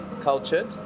cultured